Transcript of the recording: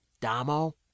Damo